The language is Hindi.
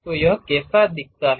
तो यह कैसा दिखता है